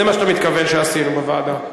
זה מה שאתה מתכוון שעשינו בוועדה.